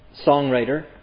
songwriter